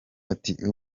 ati